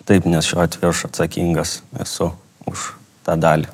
taip nes šiuo atveju aš atsakingas esu už tą dalį